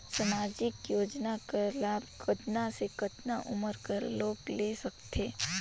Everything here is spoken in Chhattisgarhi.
समाजिक योजना कर लाभ कतना से कतना उमर कर लोग ले सकथे?